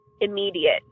immediate